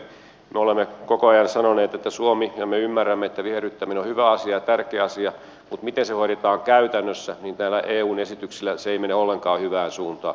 me olemme koko ajan sanoneet että suomessa me ymmärrämme että viherryttäminen on hyvä asia ja tärkeä asia mutta se miten se hoidetaan käytännössä ei tällä eun esityksellä mene ollenkaan hyvään suuntaan